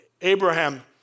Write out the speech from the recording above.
Abraham